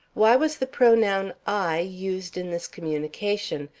why was the pronoun i used in this communication?